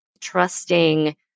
trusting